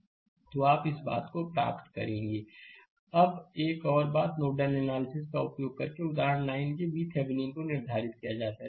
slide समय देखें 2113 अब एक और बात नोडल एनालिसिस का उपयोग करके उदाहरण 9 के VThevenin को निर्धारित किया जाता है